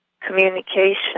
communication